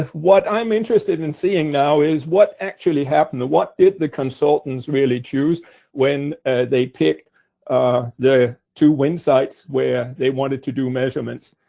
what i'm interested in and seeing, now, is what actually happened, or what did the consultants really choose when they picked ah the two wind sites where they wanted to do measurements.